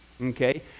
okay